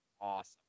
awesome